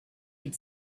had